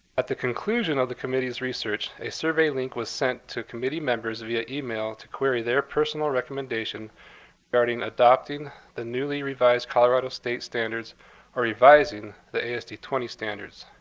at the conclusion of the committee's research, a survey link was sent to committee members via email to query their personal recommendation regarding adopting the newly revised colorado state standards or revising the asd twenty standards.